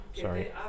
Sorry